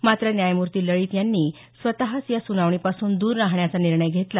मात्र न्यायमूर्ती लळित यांनी स्वतःच या सुनावणीपासून द्र राहण्याचा निर्णय घेतला